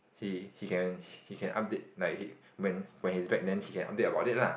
he he can he can update like he when when he's back then he can update about it lah